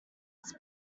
its